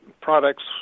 products